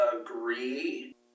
agree